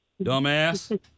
Dumbass